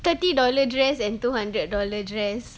thirty dollar dress and two hundred dollar dress